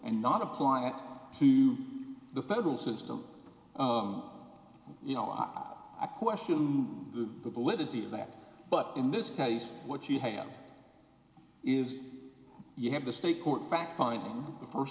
and not apply it to the federal system you know ah i question the validity of that but in this case what you have is you have the state court fact finding the first